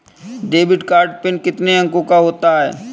Debit card PIN कितने अंकों का होता है?